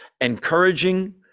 encouraging